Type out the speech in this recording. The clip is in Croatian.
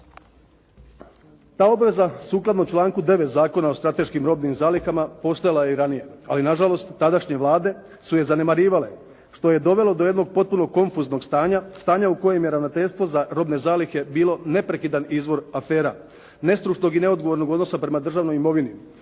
Ta obveza sukladno članku 9. Zakona o strateškim robnim zalihama postojala je i ranije, ali nažalost tadašnje vlade su je zanemarivale što je dovelo do jednog potpuno konfuznog stanja, stanja u kojem je Ravnateljstvo za robne zalihe bilo neprekidan izvor afera, nestručnog i neodgovornog odnosa prema državnoj imovini